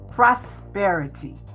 prosperity